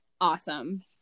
Awesome